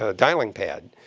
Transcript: ah dialing pad.